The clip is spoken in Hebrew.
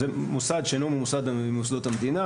זה מוסד שאינו מוסד ממוסדות המדינה,